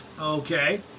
Okay